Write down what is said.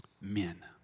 men